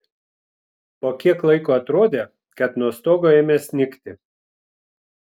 po kiek laiko atrodė kad nuo stogo ėmė snigti